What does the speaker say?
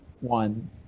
One